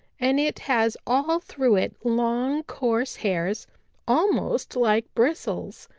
and it has all through it long coarse hairs almost like bristles,